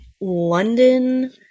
London